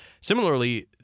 Similarly